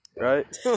Right